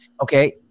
okay